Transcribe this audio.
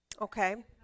Okay